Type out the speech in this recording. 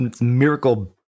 miracle